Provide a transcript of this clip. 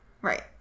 Right